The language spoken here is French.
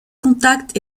contact